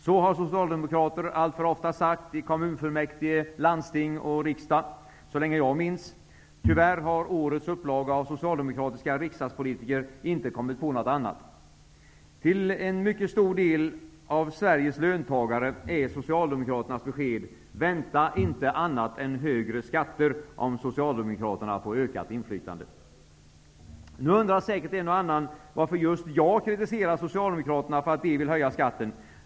Så har socialdemokrater alltför ofta sagt i kommunfullmäktige, landsting och riksdag så länge jag minns. Tyvärr har årets upplaga av socialdemokratiska riksdagspolitiker inte kommit på något annat. Till en mycket stor del av Sveriges löntagare är Socialdemokraternas besked: Vänta inte annat än högre skatter om Nu undrar säkert en och annan varför just jag kritiserar Socialdemokraterna för att de vill höja skatten.